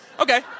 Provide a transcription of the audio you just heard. Okay